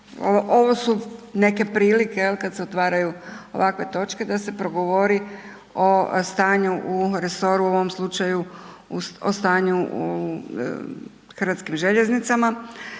ovo su neke prilike jel kad se otvaraju ovakve točke da se progovori o stanju u resoru, u ovom slučaju o stanju u hrvatskim željeznicama